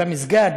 במסגד,